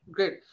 Great